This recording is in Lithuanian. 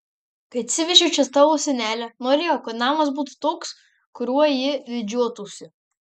kai atsivežiau čia tavo senelę norėjau kad namas būtų toks kuriuo jį didžiuotųsi